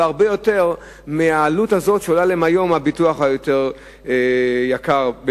גדולה לאין ערוך מהעלות של הביטוח היותר יקר היום,